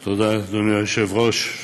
תודה, אדוני היושב-ראש,